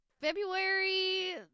February